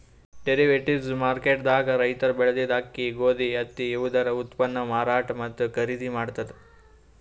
derivatives market ದಾಗ್ ರೈತರ್ ಬೆಳೆದಿದ್ದ ಅಕ್ಕಿ ಗೋಧಿ ಹತ್ತಿ ಇವುದರ ಉತ್ಪನ್ನ್ ಮಾರಾಟ್ ಮತ್ತ್ ಖರೀದಿ ಮಾಡ್ತದ್